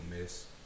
miss